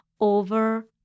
over